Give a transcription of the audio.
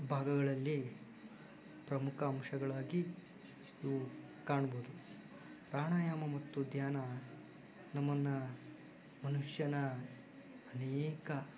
ಭಾಗಗಳಲ್ಲಿ ಪ್ರಮುಖ ಅಂಶಗಳಾಗಿ ಇವು ಕಾಣ್ಬೋದು ಪ್ರಾಣಾಯಾಮ ಮತ್ತು ಧ್ಯಾನ ನಮ್ಮನ್ನು ಮನುಷ್ಯನ ಅನೇಕ